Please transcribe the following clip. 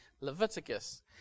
Leviticus